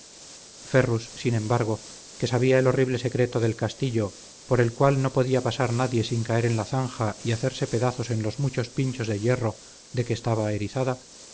ferrus sin embargo que sabía el horrible secreto del rastrillo por el cual no podía pasar nadie sin caer en la zanja y hacerse pedazos en los muchos pinchos de hierro de que estaba erizada